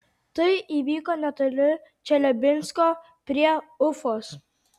tai įvyko netoli čeliabinsko prie ufos